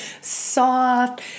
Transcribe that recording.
soft